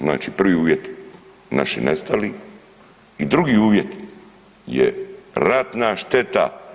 Znači prvi uvjet naši nestali i drugi uvjet je ratna šteta.